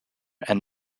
and